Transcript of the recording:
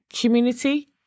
community